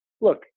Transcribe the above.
look